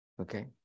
Okay